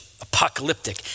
Apocalyptic